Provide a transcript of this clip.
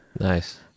Nice